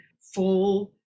full